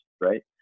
right